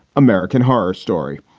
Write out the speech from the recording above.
american horror story.